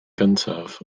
gyntaf